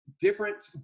different